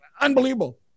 unbelievable